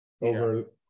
over